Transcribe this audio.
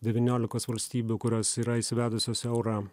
devyniolikos valstybių kurios yra įsivedusios eurą